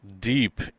deep